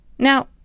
Now